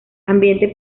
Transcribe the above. ambiente